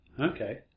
Okay